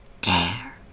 Dare